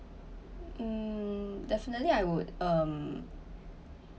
um definitely I would um